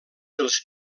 dels